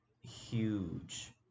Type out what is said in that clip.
huge